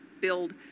build